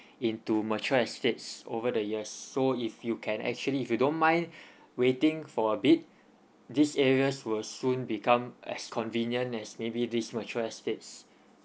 into mature estates over the years so if you can actually if you don't mind waiting for a bit these areas will soon become as convenient as maybe this mature estates